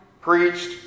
preached